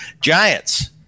Giants